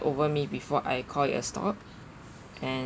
over me before I call it a stop and